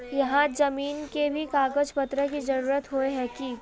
यहात जमीन के भी कागज पत्र की जरूरत होय है की?